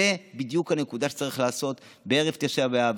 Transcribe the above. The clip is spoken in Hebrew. זאת בדיוק הנקודה שצריך לעשות בערב תשעה באב.